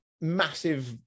massive